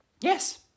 Yes